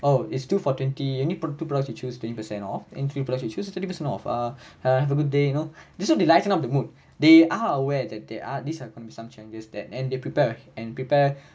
oh it's two for twenty you need purchase two products to choose twenty percent off and three products to choose thirty percent off uh uh have a good day you know this so they lighten up the mood they are aware that they are these are checklist that and they prepare and prepare